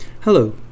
Hello